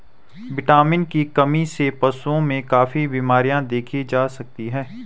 vitamin की कमी से पशुओं में काफी बिमरियाँ देखी जा सकती हैं